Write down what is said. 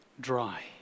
dry